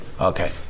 okay